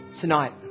Tonight